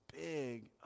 big